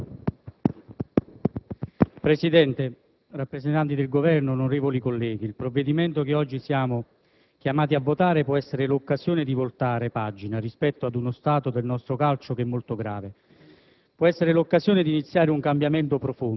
Presidente, signori rappresentanti del Governo, onorevoli colleghi, il provvedimento che oggi siamo chiamati a votare può essere l'occasione di voltare pagina rispetto ad uno stato del nostro calcio molto grave.